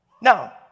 Now